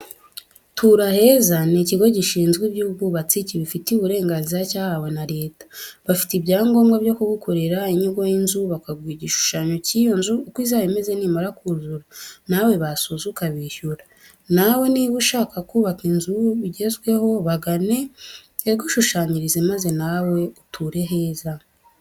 Tura heza ni ikigo gishinzwe iby'ubwubatsi kibifitiye uburenganzira cyahawe na leta, bafite ibyangombwa byo kugukorera inyigo y'inzu bakaguha igishushanyo cy'iyo nzu uko izaba imeze imaze kuzura, nawe basoza ukabishyura. Nawe niba ushaka kubaka inzu bigezweho bagane bayigushushanyirize, maze nawe uture heza.